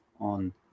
On